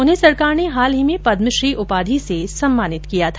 उन्हें सरकार ने हाल ही में पद्मश्री उपाधि से सम्मानित किया था